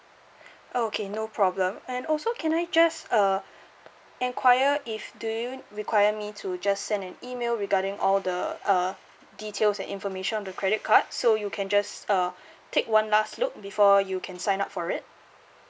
okay no problem and also can I just uh enquire if do you require me to just send an email regarding all the uh details and information on the credit card so you can just uh take one last look before you can sign up for it